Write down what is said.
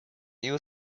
you